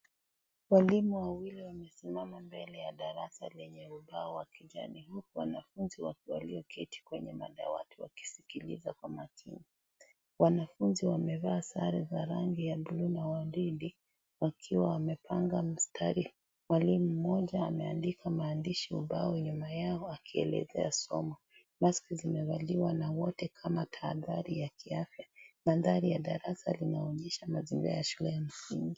Walimu wawili wamesimama mbele ya darasa lenye ubao wa kijani huku wanafunzi walioketi kwenye madawati wakisikiliza kwa makini . Wanafunzi wamevaa sare za rangi ya blu na waridi wakiwa wamepanga mstari . Mwalimu mmoja ameandika maandishi ubao nyuma yao akielezea somo . Maski zimevaliwa na wote kama tahadhari ya kiafya . Mandhari ya darasa linaonyesha mazingira ya shule ya msingi .